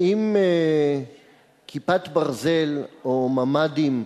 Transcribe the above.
האם "כיפת ברזל" או ממ"דים,